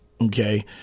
Okay